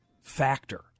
factor